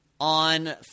on